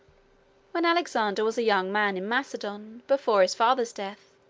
when alexander was a young man in macedon, before his father's death,